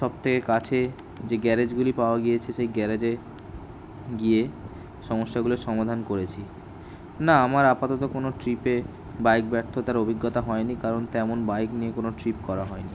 সব থেকে কাছে যে গ্যারাজগুলি পাওয়া গিয়েছে সেই গ্যারাজে গিয়ে সমস্যাগুলোর সমাধান করেছি না আমার আপাতত কোনো ট্রিপে বাইক ব্যর্থতার অভিজ্ঞতা হয়নি কারণ তেমন বাইক নিয়ে কোনো ট্রিপ করা হয়নি